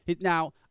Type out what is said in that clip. Now